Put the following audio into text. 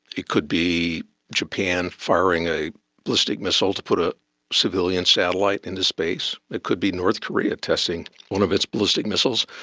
it could be japan firing a ballistic missile to put a civilian satellite into space, it could be north korea testing one of its ballistic missiles,